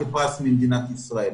כפרס ממדינת ישראל,